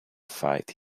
fight